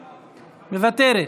מוותרת,